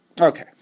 Okay